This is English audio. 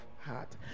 heart